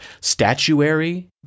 statuary